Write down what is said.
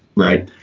right.